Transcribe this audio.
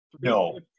No